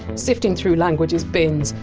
sifting through language! s bins,